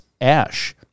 ash